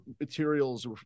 materials